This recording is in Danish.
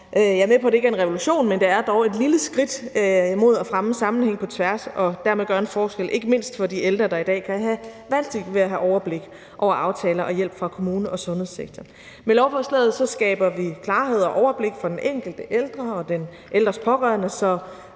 Jeg er med på, at det ikke er en revolution, men det er dog et lille skridt mod at fremme sammenhænge på tværs og dermed gøre en forskel – ikke mindst for de ældre, der i dag kan have vanskeligt ved at have overblik over aftaler og hjælp fra kommune og sundhedssektor. Med lovforslaget skaber vi klarhed og overblik for den enkelte ældre og den ældres pårørende,